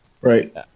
Right